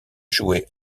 jouer